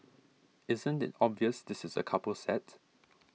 isn't it obvious this is a couple set